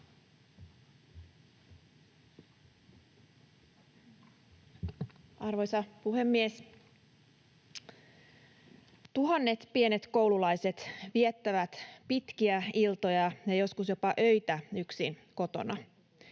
Arvoisa puhemies! Tuhannet pienet koululaiset viettävät pitkiä iltoja ja joskus jopa öitä yksin kotona,